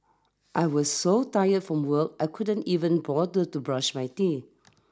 I was so tired from work I couldn't even bother to brush my teeth